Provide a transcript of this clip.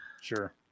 sure